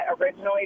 originally